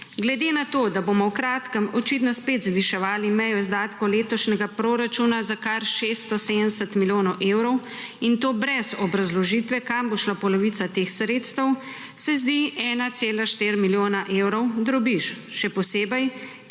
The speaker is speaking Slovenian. glede na to, da bomo v kratkem očitno spet zviševali mejo izdatkov letošnjega proračuna za kar 670 milijonov evrov, in to brez obrazložitve, kam bo šla polovica teh sredstev, se zdi 1,4 milijona evrov drobiž, še posebej,